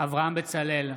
אברהם בצלאל,